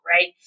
right